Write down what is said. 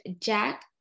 Jack